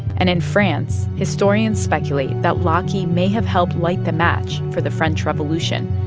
and in france, historians speculate that laki may have helped light the match for the french revolution,